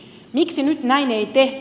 miksi nyt näin ei tehty